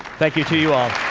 thank you to you all.